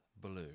blue